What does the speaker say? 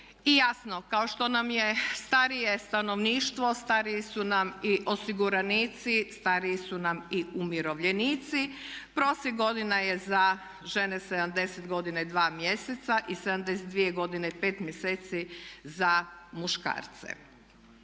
I jasno, kao što nam je starije stanovništvo, stariji su nam i osiguranici, stariji su nam i umirovljenici. Prosjek godina je za žene 70 godina i 2 mjeseca i 72 godine i 5 mjeseci za muškarce.